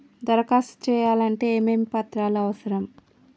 దరఖాస్తు చేయాలంటే ఏమేమి పత్రాలు అవసరం?